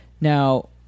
now